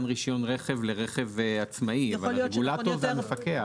רישיון רכב לרכב עצמאי אבל הרגולטור הוא המפקח.